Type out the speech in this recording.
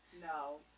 No